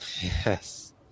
Yes